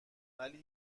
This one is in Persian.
ولی